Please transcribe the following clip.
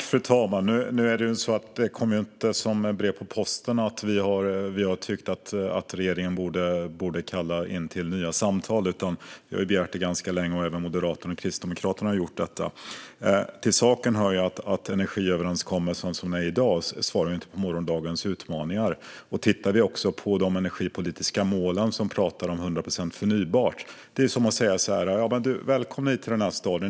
Fru talman! Det kommer inte som en blixt från en klar himmel att vi tycker att regeringen borde kalla till nya samtal. Såväl vi som Moderaterna och Kristdemokraterna har begärt det ganska länge. Till saken hör att dagens energiöverenskommelse inte svarar på morgondagens utmaningar. De energipolitiska målen om 100 procent förnybart är som att säga: "Välkomna till vår stad.